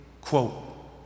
quote